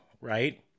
right